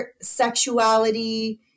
sexuality